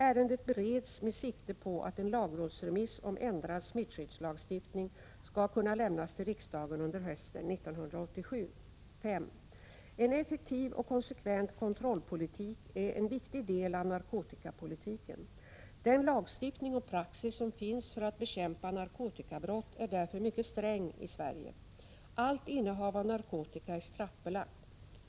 Ärendet bereds med sikte på att en lagrådsremiss om ändrad smittskyddslagstiftning skall kunna lämnas till riksdagen under hösten 1987. 5. En effektiv och konsekvent kontrollpolitik är en viktig del av narkotikapolitiken. Svensk lagstiftning och praxis för att bekämpa narkotikabrott är därför mycket stränga. Allt innehav av narkotika är straffbelagt.